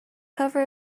cover